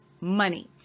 money